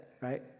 right